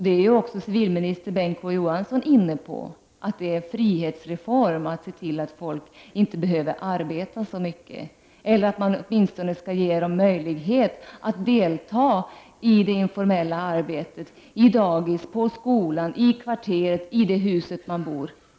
Det är också civilminister Bengt K Å Johanssons uppfattning att det skulle innebära en frihetsreform att se till att människor inte behöver arbeta så mycket så att de har möjlighet att delta i det informella arbetet på dagis, i skola, i kvarteret och i det hus där de bor.